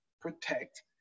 protect